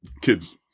kids